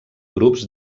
grups